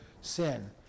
sin